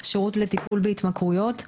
שירות לטיפול בהתמכרויות.